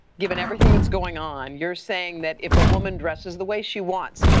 given everything that is going on, you are saying that if a woman dresses the way she wants,